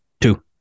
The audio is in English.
Two